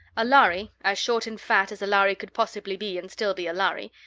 a lhari, as short and fat as a lhari could possibly be and still be a lhari,